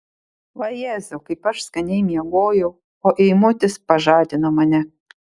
vajezau kaip aš skaniai miegojau o eimutis pažadino mane